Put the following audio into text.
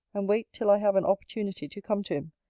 and wait till i have an opportunity to come to him,